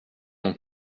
mon